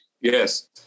Yes